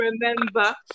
remember